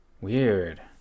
weird